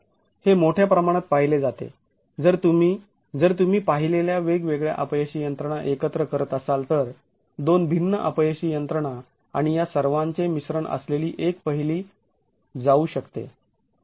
हे मोठ्या प्रमाणात पाहिले जाते जर तुम्ही जर तुम्ही पाहिलेल्या वेगवेगळ्या अपयशी यंत्रणा एकत्र करत असाल तर दोन भिन्न अपयशी यंत्रणा आणि या सर्वांचे मिश्रण असलेली एक पाहिली जाऊ शकते